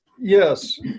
Yes